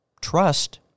Trust